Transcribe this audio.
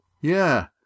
Yeah